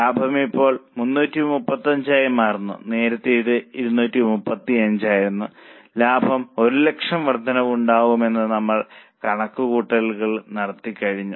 ലാഭം ഇപ്പോൾ 335 ആയി മാറുന്നു നേരത്തെ ഇത് 235 ആയിരുന്നു ലാഭത്തിൽ 100000 വർദ്ധനവ് ഉണ്ടാകുമെന്ന് നമ്മൾ കണക്കുകൂട്ടൽ നടത്തിക്കഴിഞ്ഞു